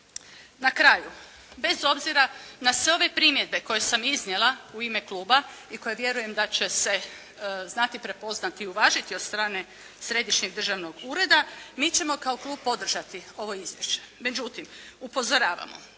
Na kraju, bez obzira na sve ove primjedbe koje sam iznijela u ime kluba i koje vjerujem da će se znati prepoznati i uvažiti od strane Središnjeg državnog ureda mi ćemo kao klub podržati ovo izvješće. Međutim, upozoravamo